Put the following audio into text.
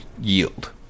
yield